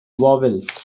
vowels